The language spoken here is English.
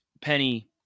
Penny